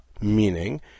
meaning